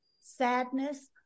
sadness